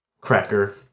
Cracker